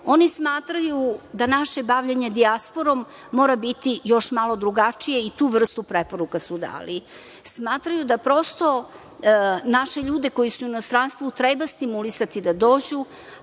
Oni smatraju da naše bavljenje dijasporom mora biti još malo drugačije i tu vrstu preporuka su dali. Smatraju da, prosto, naše ljude koji su u inostranstvu treba stimulisati da dođu,